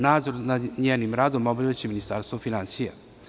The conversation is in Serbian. Nadzor nad njenim radom obavljaće Ministarstvo finansija.